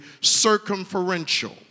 circumferential